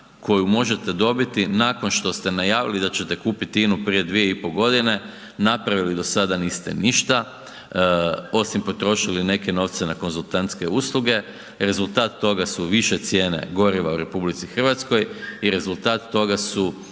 koju možete dobiti nakon što ste najavili da ćete kupiti INA-u prije 2,5 g., napravili do sada niste ništa osim potrošili neke novce na konzultantske usluge, rezultat toga su više cijene goriva u RH i rezultat toga su